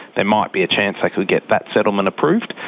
there might be a chance they could get that settlement approved.